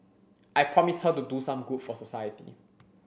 I promised her to do some good for society